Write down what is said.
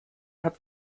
hat